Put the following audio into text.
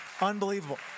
Unbelievable